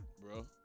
bro